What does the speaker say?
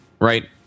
Right